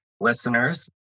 listeners